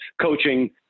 coaching